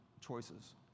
choices